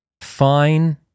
fine